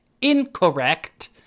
incorrect